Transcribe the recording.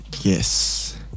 yes